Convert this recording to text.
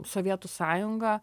sovietų sąjunga